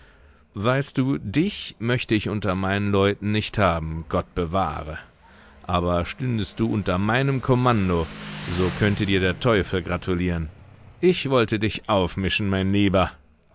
weißt du dich möchte ich unter meinen leuten nicht haben gott bewahre aber stündest du unter meinem kommando so könnte dir der teufel gratulieren ich wollte dich aufmischen mein lieber